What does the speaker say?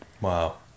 wow